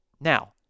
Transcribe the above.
Now